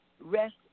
rest